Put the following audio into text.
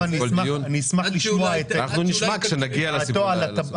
נשמע אותך כאשר נגיע לסעיף הרלוונטי.